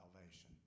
salvation